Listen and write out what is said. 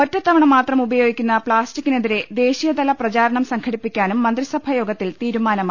ഒറ്റത്തവണമാത്രം ഉപയോഗിക്കുന്ന പ്ലാസ്റ്റിക്കിനെതിരേ ദേശീയതല പ്രചാരണം സംഘടിപ്പിക്കാനും മന്ത്രി സഭായോഗത്തിൽ തീരുമാനമായി